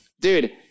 Dude